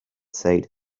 said